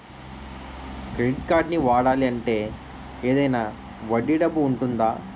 Credit కార్డ్ని వాడాలి అంటే ఏదైనా వడ్డీ డబ్బు ఉంటుందా?